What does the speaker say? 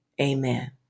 amen